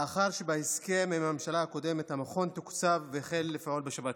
לאחר שבהסכם עם הממשלה הקודמת המכון תוקצב והחל לפעול בשבתות,